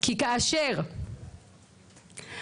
כי כאשר אני,